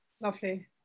lovely